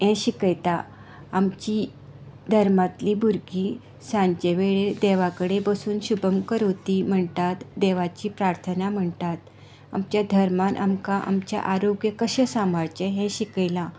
हें शिकयता आमची धर्मांतलीं भुरगीं सांचे वेळेर देवा कडेन बसून शुभमकरोती म्हणटात देवाची प्रार्थना म्हणटात आमच्या धर्मांत आमकां आमचें आरोग्य कशें सांबाळचें हें शिकयला